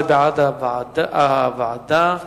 זה בעד העברה לוועדת העבודה,